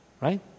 right